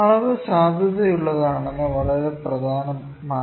അളവ് സാധുതയുള്ളതാണെന്നത് വളരെ പ്രധാനമാണ്